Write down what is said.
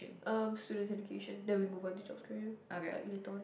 um student's education then we move onto jobs career like later on